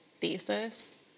thesis